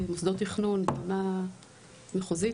מוסדות תכנון ברמה מחוזית,